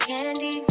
Candy